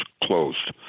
closed